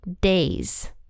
days